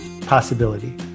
possibility